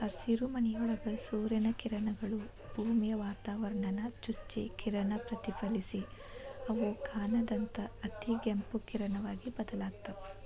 ಹಸಿರುಮನಿಯೊಳಗ ಸೂರ್ಯನ ಕಿರಣಗಳು, ಭೂಮಿಯ ವಾತಾವರಣಾನ ಚುಚ್ಚಿ ಕಿರಣ ಪ್ರತಿಫಲಿಸಿ ಅವು ಕಾಣದಂತ ಅತಿಗೆಂಪು ಕಿರಣಗಳಾಗಿ ಬದಲಾಗ್ತಾವ